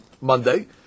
Monday